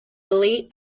late